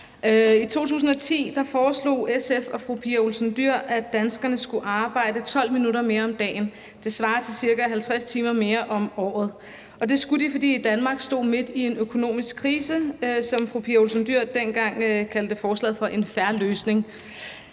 I 2010 foreslog SF og fru Pia Olsen Dyhr, at danskerne skulle arbejde 12 minutter mere om dagen – det svarer til ca. 50 timer mere om året – og det skulle de, fordi Danmark stod midt i en økonomisk krise, og fru Pia Olsen Dyhr kaldte dengang forslaget for en fair løsning.